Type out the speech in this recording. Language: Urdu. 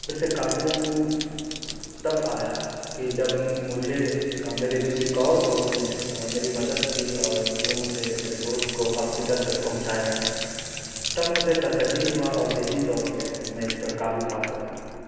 پھر سے قابو تب آیا کہ جب مجھے میرے ایک اور دوست نے میری مدد کی اور وہ مجھے میرے دوست کو ہاسپیٹل تک پہنچایا تب مجھے تسلی ہوا اور ذہنی طور پہ میں اس پر قابو پا سکا